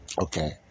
Okay